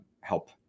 help